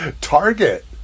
Target